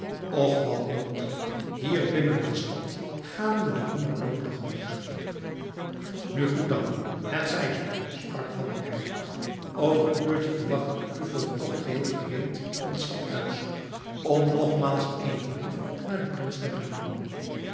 och wat nood hier binnen de stad gaan we den hongerdood te gemoet nu goed dan het zij zoo sprak van der werff over een uurtje wacht ik u voor den tocht geheel gereed op het stadhuis om nogmaals eenen brief naar den prins te brengen